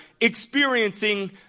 experiencing